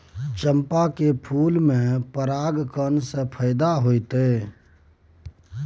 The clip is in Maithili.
चंपा के फूल में परागण से फायदा होतय?